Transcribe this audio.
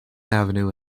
avenue